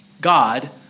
God